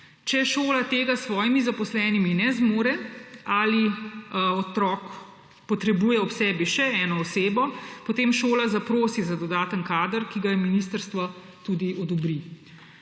Če šola tega s svojimi zaposlenimi ne zmore ali otrok potrebuje ob sebi še eno osebo, potem šola zaprosi za dodaten kader, ki ga ministrstvo tudi odobri.